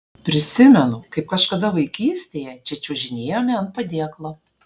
prisimenu kaip kažkada vaikystėje čia čiuožinėjome ant padėklo